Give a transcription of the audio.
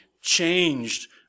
changed